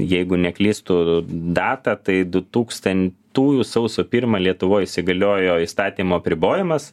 jeigu neklystu datą tai dutūkstantųjų sausio pirmą lietuvoj įsigaliojo įstatymo apribojamas